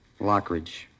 Lockridge